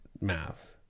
math